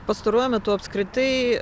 pastaruoju metu apskritai